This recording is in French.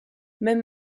même